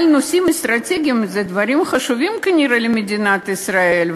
אבל נושאים אסטרטגיים הם דברים חשובים כנראה למדינת ישראל,